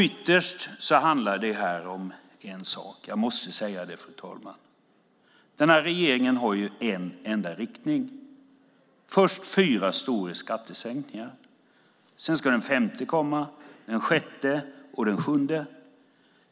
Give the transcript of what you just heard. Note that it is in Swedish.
Ytterst handlar det här om en sak - jag måste säga det, fru talman. Den här regeringen har en enda riktning. Först var det fyra stora skattesänkningar. Sedan ska den femte, den sjätte och den sjunde komma.